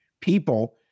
people